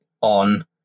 on